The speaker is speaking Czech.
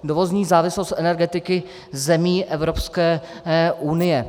Dovozní závislost energetiky zemí Evropské unie.